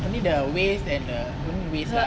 I mean the waist and the don't know waist ah